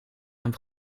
hem